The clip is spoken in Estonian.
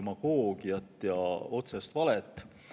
demagoogiat ja otsest valet.